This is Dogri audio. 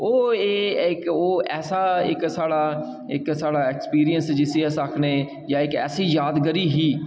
ओह् एह् इक्क ऐसा इक्क साढ़ा इक्क साढ़ा एक्सपीरियंस जिस्सी अस आक्खने जां इक्क ऐसी यादगरी ही